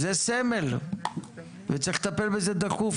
זה סמל וצריך לטפל בזה דחוף.